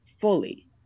fully